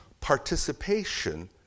Participation